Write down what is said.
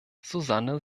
susanne